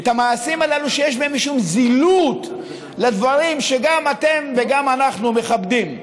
את המעשים הללו שיש בהם משום זילות של הדברים שגם אתם וגם אנחנו מכבדים,